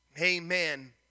Amen